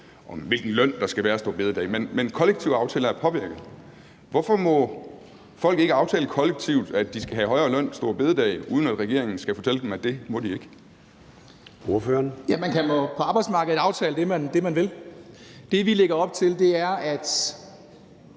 og hvilken løn der skal være store bededag. Men kollektive aftaler er påvirket. Hvorfor må folk ikke aftale kollektivt, at de skal have højere løn store bededag, uden at regeringen skal fortælle dem, at det må de ikke? Kl. 09:53 Formanden (Søren Gade): Ordføreren.